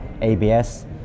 abs